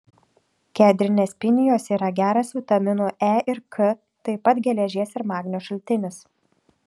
kedrinės pinijos yra geras vitaminų e ir k taip pat geležies ir magnio šaltinis